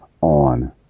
on